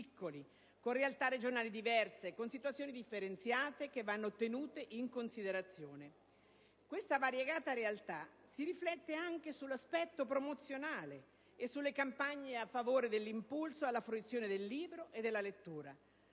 con realtà regionali diverse, con situazioni differenziate che vanno tenute in considerazione. Questa variegata realtà si riflette anche sull'aspetto promozionale e sulle campagne a favore dell'impulso alla fruizione del libro e della lettura.